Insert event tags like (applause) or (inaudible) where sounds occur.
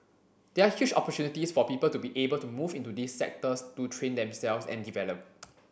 there are huge (unintelligible) for people to be able to move into these sectors to train themselves and develop